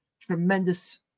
tremendous